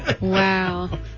Wow